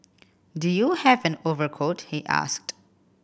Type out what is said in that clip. do you have an overcoat he asked